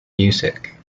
music